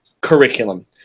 curriculum